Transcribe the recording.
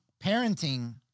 parenting